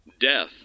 death